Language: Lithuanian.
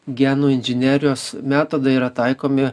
genų inžinerijos metodai yra taikomi